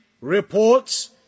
reports